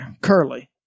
Curly